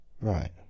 Right